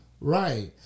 Right